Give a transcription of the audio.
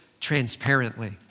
transparently